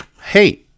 Hey